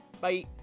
Bye